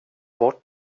bort